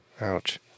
Ouch